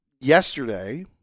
yesterday